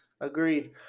Agreed